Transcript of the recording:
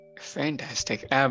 Fantastic